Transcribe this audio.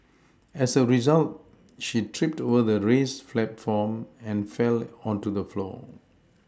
as a result she tripped over the raised platform and fell onto the floor